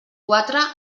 quatre